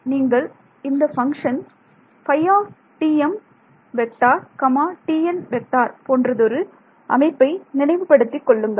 எனவே நீங்கள் இந்த பங்க்ஷன் ΦTm Tn போன்றதொரு அமைப்பை நினைவுபடுத்திக் கொள்ளுங்கள்